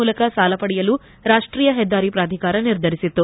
ಮೂಲಕ ಸಾಲ ಪಡೆಯಲು ರಾಷ್ಷೀಯ ಹೆದ್ದಾರಿ ಪ್ರಾಧಿಕಾರ ನಿರ್ಧರಿಸಿತ್ತು